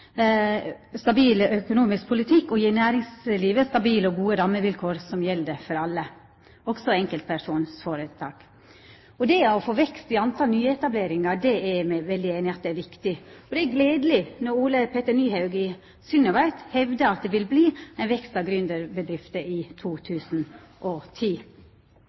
og gje næringslivet stabile og gode rammevilkår som gjeld for alle, også for enkeltpersonføretak. Me er veldig einige om at det å få vekst i talet på nyetableringar er viktig. Og det er gledeleg når Ole Petter Nyhaug i Synovate hevdar at det vil verta ein vekst av gründerbedrifter i 2010.